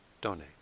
donate